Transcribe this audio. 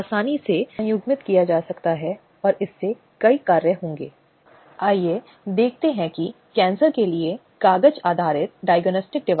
आवश्यक सुरक्षा के लिए पूछें ताकि अंतरिम उपाय हम जिस की बात कर रहे हैं छुट्टी उत्पीड़न करने वाले का स्थानांतरण